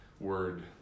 word